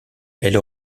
elle